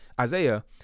isaiah